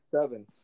seven